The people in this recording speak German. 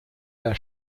der